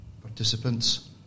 participants